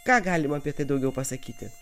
ką galima apie tai daugiau pasakyti